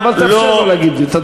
אבל תאפשר לו להגיד את הדברים.